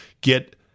get